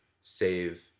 save